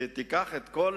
קח את כל